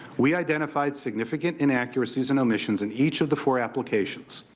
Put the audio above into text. we identified significant inaccuracies and omissions in each of the four applications.